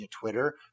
Twitter